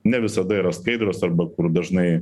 ne visada yra skaidrios arba kur dažnai